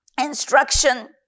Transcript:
instruction